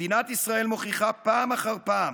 מדינת ישראל מוכיחה פעם אחר פעם